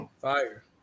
fire